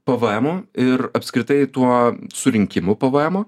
pvemu ir apskritai tuo surinkimu pvemo